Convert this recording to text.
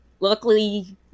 Luckily